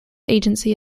agency